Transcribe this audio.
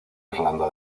irlanda